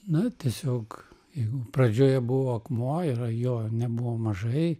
na tiesiog jeigu pradžioje buvo akmuo ir jo nebuvo mažai